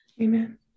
Amen